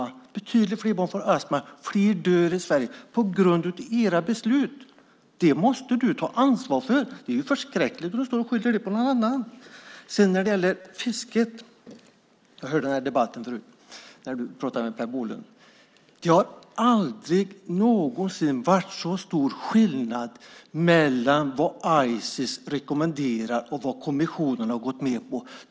Det är betydligt fler barn som får astma och fler som dör i Sverige på grund av era beslut. Det måste du ta ansvar för. Det är förskräckligt om du står och skyller det på någon annan. Jag hörde när du pratade med Per Bolund förut om fisket. Det har aldrig någonsin varit så stor skillnad mellan vad Ices rekommenderar och vad kommissionen har gått med på.